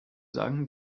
sagen